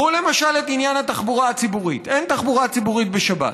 ראו למשל את עניין התחבורה הציבורית: אין תחבורה ציבורית בשבת.